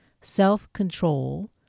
self-control